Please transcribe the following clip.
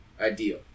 ideal